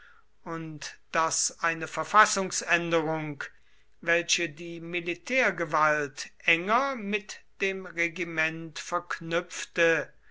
und daß eine verfassungsänderung welche die militärgewalt enger mit dem regiment verknüpfte